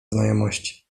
znajomości